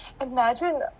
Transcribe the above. imagine